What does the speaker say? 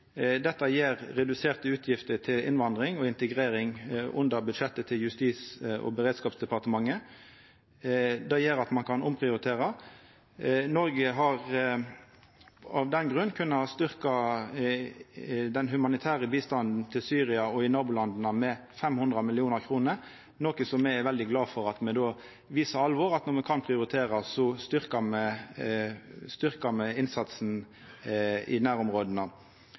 Dette gjev reduserte utgifter til innvandring og integrering under budsjettet til Justis- og beredskapsdepartementet. Det gjer at ein kan omprioritera. Noreg har av den grunn kunna styrkja den humanitære bistanden til Syria og i nabolanda med 500 mill. kr, noko som me er veldig glade for – at me då viser for alvor at når me kan prioritera, styrkjer me innsatsen i nærområda.